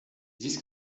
this